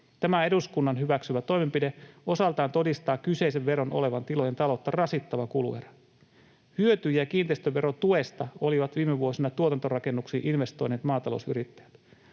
Tämä eduskunnan hyväksymä toimenpide osaltaan todistaa kyseisen veron olevan tilojen taloutta rasittava kuluerä. Hyötyjiä kiinteistöverotuesta olivat viime vuosina tuotantorakennuksiin investoineet maatalousyrittäjät.